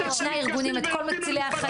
את שני הארגונים ואת כל מצילי החיים,